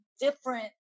different